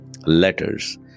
letters